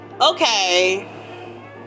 Okay